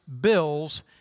bills